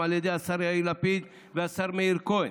על ידי השר יאיר לפיד והשר מאיר כהן,